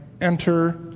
enter